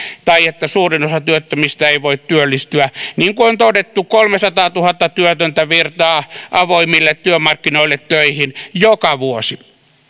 tai että suurin osa työttömistä ei voi työllistyä niin kuin on todettu kolmesataatuhatta työtöntä virtaa avoimille työmarkkinoille töihin joka vuosi